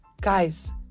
Guys